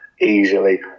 easily